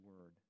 Word